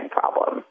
problem